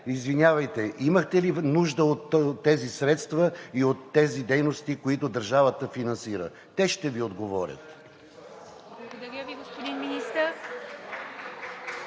„Извинявайте, имахте ли нужда от тези средства и от тези дейности, които държавата финансира?“ Те ще Ви отговорят. (Ръкопляскания от